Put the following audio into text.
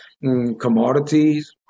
commodities